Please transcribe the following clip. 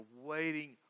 waiting